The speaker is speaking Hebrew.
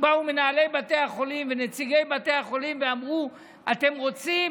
באו מנהלי בתי החולים ונציגי בתי החולים ואמרו: אתם רוצים